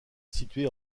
située